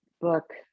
book